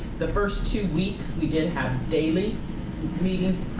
the first two weeks, we did have daily meetings,